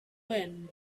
when